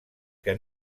que